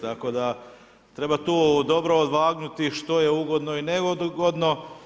Tako da, treba tu dobro odvagnuti, što je ugodno i neugodno.